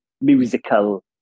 musical